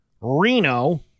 Reno